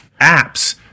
apps